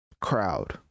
crowd